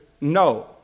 no